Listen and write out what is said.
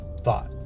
thought